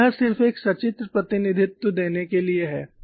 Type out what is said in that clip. और यह सिर्फ एक सचित्र प्रतिनिधित्व देने के लिए है